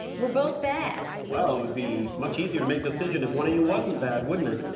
we're both bad. well, it would be much easier to make decision if one of you wasn't bad, wouldn't it?